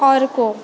अर्को